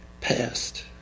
passed